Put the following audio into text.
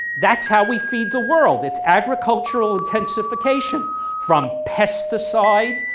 that's how we feed the world, its agricultural intensification from pesticide,